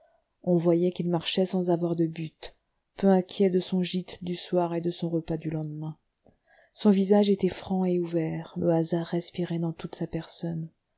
on voyait qu'il marchait sans avoir de but peu inquiet de son gîte du soir et de son repas du lendemain son visage était franc et ouvert le hasard respirait dans toute sa personne